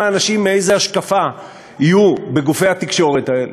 אנשים מאיזה השקפה יהיו בגופי התקשורת האלה,